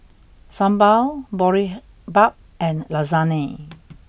Sambar Boribap and Lasagne